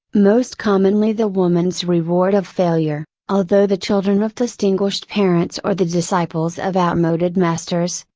most commonly the woman's reward of failure, although the children of distinguished parents or the disciples of outmoded masters,